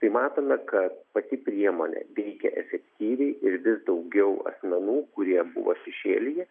tai matome kad pati priemonė veikia efektyviai ir vis daugiau asmenų kurie buvo šešėlyje